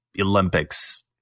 olympics